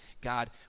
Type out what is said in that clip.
God